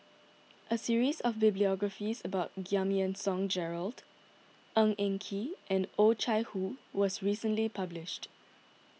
a series of the biographies about Giam Yean Song Gerald Ng Eng Kee and Oh Chai Hoo was recently published